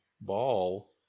ball